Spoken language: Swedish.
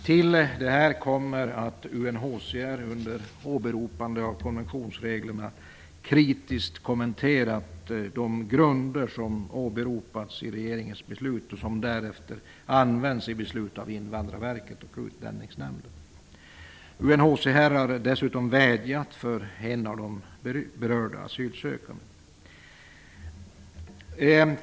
Till det här kommer att UNHCR, under åberopande av konventionsreglerna, kritiskt har kommenterat de grunder som åberopats i regeringens beslut och som därefter använts i beslut av Invandrarverket och Utlänningsnämnden. UNHCR har dessutom vädjat för en av de berörda asylsökandena.